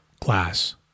class